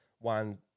one